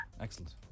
Excellent